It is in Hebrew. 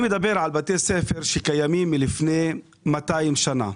אני מדבר על בתי ספר שקיימים מלפני 200 שנים,